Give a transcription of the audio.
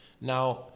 now